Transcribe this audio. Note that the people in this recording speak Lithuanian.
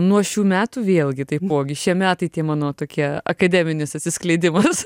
nuo šių metų vėlgi taipogi šie metai tie mano tokie akademinis atsiskleidimas